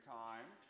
time